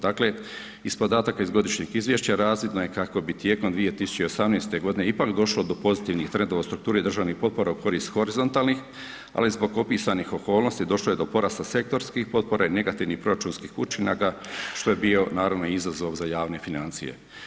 Dakle iz podataka iz godišnjeg izvješća razvidno je kako bi tijekom 2018. godine ipak došlo do pozitivnih trendova u strukturi državnih potpora u korist horizontalnih ali zbog opisanih okolnosti došlo je do porasta sektorskih potpora i negativnih proračunskih učinaka što je bio naravno i izazov za javne financije.